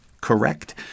correct